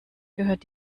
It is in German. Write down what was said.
gehört